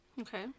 Okay